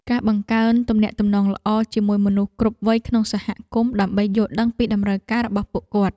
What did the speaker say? ការបង្កើនទំនាក់ទំនងល្អជាមួយមនុស្សគ្រប់វ័យក្នុងសហគមន៍ដើម្បីយល់ដឹងពីតម្រូវការរបស់ពួកគាត់។